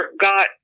got